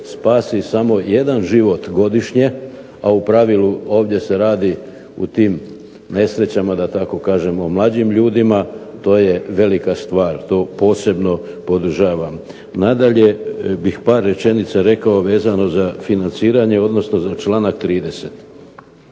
spasi samo jedan život godišnje, a u pravilu ovdje se radi o tim nesrećama da tako kažem, o mlađim ljudima, to je velika stvar. To posebno podržavam. Nadalje bih par rečenica rekao vezano za financiranje odnosno za članak 30.